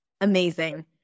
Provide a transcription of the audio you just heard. Amazing